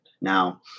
Now